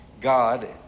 God